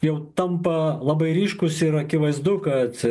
jau tampa labai ryškūs ir akivaizdu kad